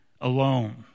alone